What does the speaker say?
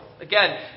Again